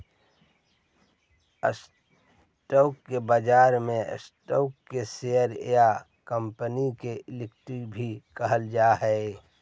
stock बाजार में stock के शेयर या कंपनी के इक्विटी भी कहल जा हइ